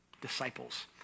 disciples